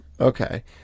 okay